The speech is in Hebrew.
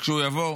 וכשהוא יבוא,